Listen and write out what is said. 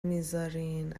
میذارین